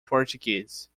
portuguese